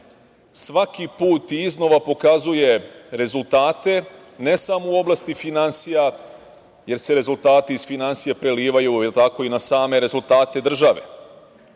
svaki put i iznova pokazuje rezultate, ne samo u oblasti finansija, jer se rezultati iz finansija prelivaju, da li je tako, i na